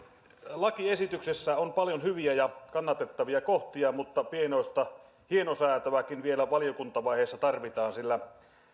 lakiesityksessä on paljon hyviä ja kannatettavia kohtia mutta pienoista hienosäätöäkin vielä valiokuntavaiheessa tarvitaan sillä